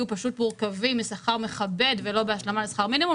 פשוט מורכב משכר מכבד ולא בהשלמה לשכר מינימום,